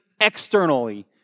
externally